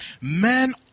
men